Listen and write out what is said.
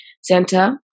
Santa